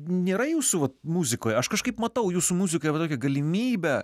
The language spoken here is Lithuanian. nėra jūsų vat muzikoje aš kažkaip matau jūsų muzikoje va tokią galimybę